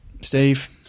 Steve